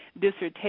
dissertation